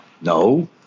No